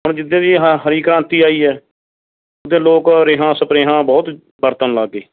ਹੁਣ ਜਿੱਦਣ ਦੀ ਆਹ ਹਰੀ ਕ੍ਰਾਂਤੀ ਆਈ ਹੈ ਤਾਂ ਲੋਕ ਰੇਹਾਂ ਸਪਰੇਹਾਂ ਬਹੁਤ ਵਰਤਣ ਲੱਗ ਗਏ